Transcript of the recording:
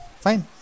Fine